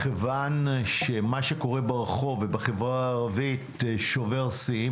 מכיוון שמה שקורה ברחוב ובחברה הערבית שובר שיאים,